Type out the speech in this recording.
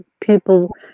people